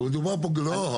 לא.